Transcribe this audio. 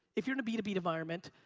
if you're in a b two b environment,